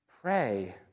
Pray